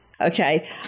Okay